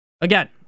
again